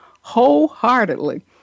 wholeheartedly